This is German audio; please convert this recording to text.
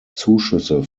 zuschüsse